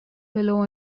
below